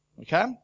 Okay